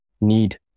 need